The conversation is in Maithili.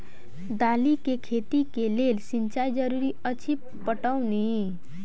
दालि केँ खेती केँ लेल सिंचाई जरूरी अछि पटौनी?